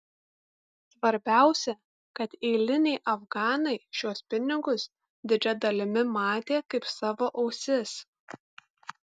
svarbiausia kad eiliniai afganai šiuos pinigus didžia dalimi matė kaip savo ausis